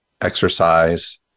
exercise